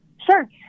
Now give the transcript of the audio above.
Sure